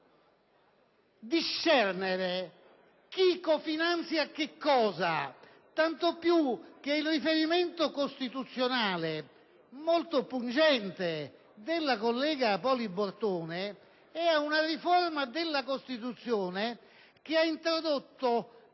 possibile discernere chi cofinanzia che cosa? Tanto più che il riferimento costituzionale molto pungente della collega Poli Bortone riguarda una riforma della Costituzione con cui sono